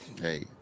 Hey